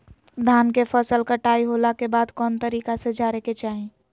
धान के फसल कटाई होला के बाद कौन तरीका से झारे के चाहि?